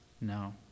No